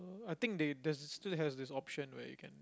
I think they has they still has this option where you can